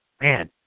man